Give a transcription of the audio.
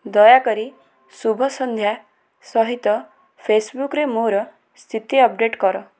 ଦୟାକରି ଶୁଭ ସନ୍ଧ୍ୟା ସହିତ ଫେସବୁକରେ ମୋର ସ୍ଥିତି ଅପଡ଼େଟ୍ କର